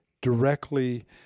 directly